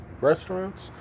restaurants